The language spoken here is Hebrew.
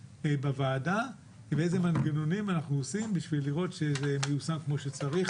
בוועדה ובאיזה מנגנונים אנחנו עושים בשביל לראות שזה מיושם כמו שצריך,